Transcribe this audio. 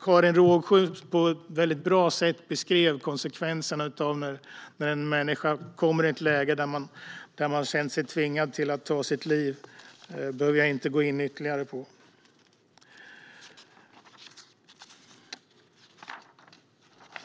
Karin Rågsjö beskrev på ett väldigt bra sätt konsekvenserna av att en människa kommer i ett läge där hon känner sig tvingad att ta sitt liv. Det behöver jag inte gå in ytterligare på.